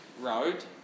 road